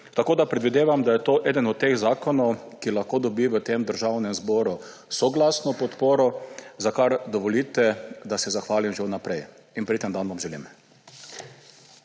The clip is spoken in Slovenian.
Predvidevam, da je to eden od zakonov, ki lahko dobi v Državnem zboru soglasno podporo, za kar mi dovolite, da se zahvalim že vnaprej. In prijeten dan vam želim!